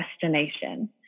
destination